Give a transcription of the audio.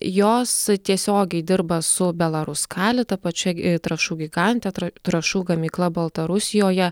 jos tiesiogiai dirba su belaruskalij ta pačia trąšų gigante trąšų gamykla baltarusijoje